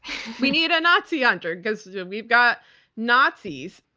we need a nazi hunter, because we've got nazis.